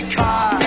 car